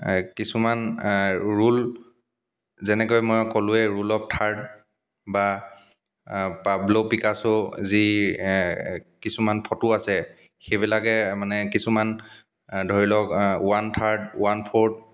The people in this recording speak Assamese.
কিছুমান ৰুল যেনেকৈ মই ক'লোঁৱেই ৰুল অফ থাৰ্ড বা পাবলো পিকাচো যি কিছুমান ফটো আছে সেইবিলাকে মানে কিছুমান ধৰি লওক ওৱান থাৰ্ড ওৱান ফৰ্থ